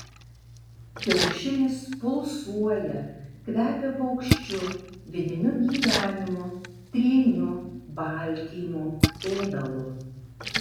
kiaušinis pulsuoja kvepia paukščiu vidiniu gyvenimu tryniu baltymu ėdalu